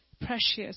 precious